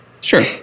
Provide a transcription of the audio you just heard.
sure